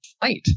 fight